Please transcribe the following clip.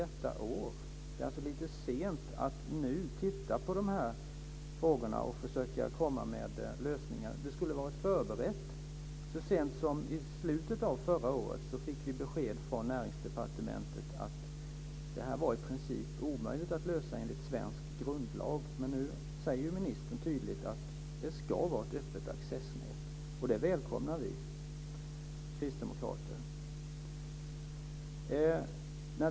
Det är alltså lite sent att nu försöka komma med lösningar. Det skulle ha varit förberett. Så sent som i slutet av förra året fick vi besked från Näringsdepartementet att det var i princip omöjligt att lösa enligt svensk grundlag. Nu säger ministern tydligt att accessnätet ska vara öppet. Det välkomnar vi kristdemokrater.